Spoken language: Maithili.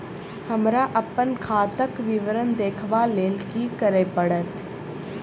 हमरा अप्पन खाताक विवरण देखबा लेल की करऽ पड़त?